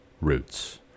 roots